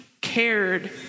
cared